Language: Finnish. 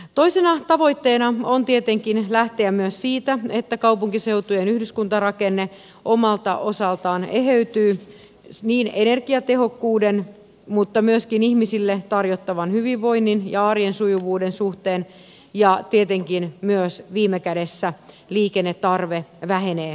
toisena tavoitteena on tietenkin lähteä myös siitä että kaupunkiseutujen yhdyskuntarakenne omalta osaltaan eheytyy niin energiatehokkuuden kuin myöskin ihmisille tarjottavan hyvinvoinnin ja arjen sujuvuuden suhteen ja tietenkin myös viime kädessä liikennetarve vähenee hyvällä suunnittelulla